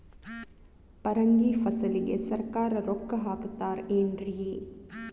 ಪರಂಗಿ ಫಸಲಿಗೆ ಸರಕಾರ ರೊಕ್ಕ ಹಾಕತಾರ ಏನ್ರಿ?